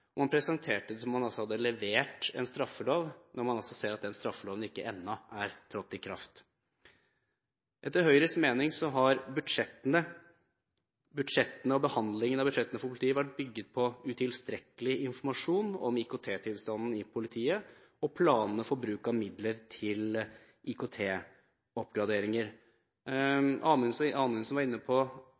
og man presenterte det som om man hadde levert en straffelov, når man altså ser at den straffeloven ennå ikke er trådt i kraft. Etter Høyres mening har budsjettene og behandlingen av budsjettene for politiet vært bygget på utilstrekkelig informasjon om IKT-tilstanden i politiet og planene for bruk av midler til IKT-oppgraderinger. Anundsen var inne på